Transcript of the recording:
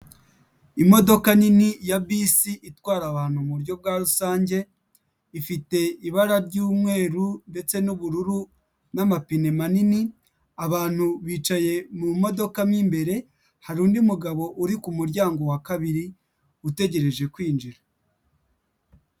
Imodoka nini ya bisi itwara abantu mu buryo bwa rusange, ifite ibara ry'umweru ndetse n'ubururu n'amapine manini, abantu bicaye mu modoka mu imbere, hari undi mugabo uri ku muryango wa kabiri utegereje kwinjira.